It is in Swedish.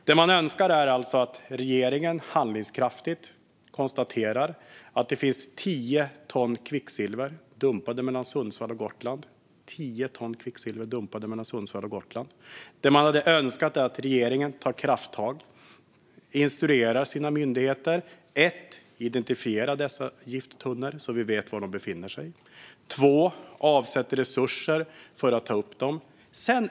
Det man önskar är alltså att regeringen handlingskraftigt konstaterar att det finns tio ton kvicksilver dumpat mellan Sundsvall och Gotland. Man hade önskat att regeringen tar krafttag och instruerar sina myndigheter att för det första identifiera dessa gifttunnor så att vi vet var de befinner sig och för det andra avsätter resurser för att ta upp dem.